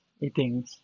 eating